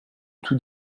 tout